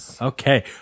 Okay